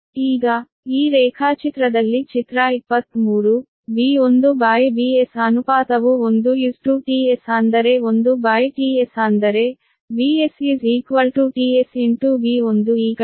ಈಗ ಈ ರೇಖಾಚಿತ್ರದಲ್ಲಿ ಚಿತ್ರ 23 V1VS ಅನುಪಾತವು 1 tS ಅಂದರೆ 1tS ಅಂದರೆ VStSV1 ಈ ಕಡೆ